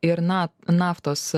ir na naftos